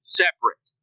separate